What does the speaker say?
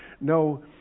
no